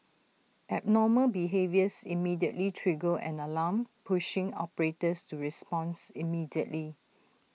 abnormal behaviours immediately trigger an alarm pushing operators to responds immediately